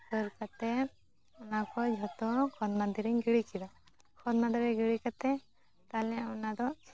ᱦᱟᱹᱨ ᱠᱟᱛᱮᱫ ᱚᱱᱟ ᱠᱚ ᱡᱷᱚᱛᱚ ᱠᱷᱚᱛ ᱢᱟᱸᱫᱮ ᱨᱤᱧ ᱜᱤᱲᱤ ᱠᱮᱫᱟ ᱠᱷᱚᱛ ᱢᱟᱸᱫᱮ ᱨᱮ ᱜᱤᱲᱤ ᱠᱟᱛᱮᱫ ᱛᱟᱦᱞᱮ ᱚᱱᱟ ᱫᱚ